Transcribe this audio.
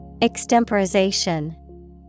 Extemporization